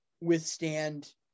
withstand